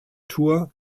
tour